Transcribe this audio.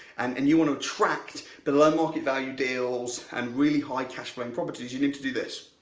and and you want to attract the low market value deals and really high cash buying properties, you need to do this.